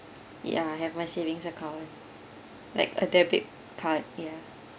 ya I have my savings account like a debit card ya